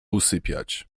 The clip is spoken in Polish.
usypiać